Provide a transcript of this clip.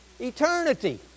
Eternity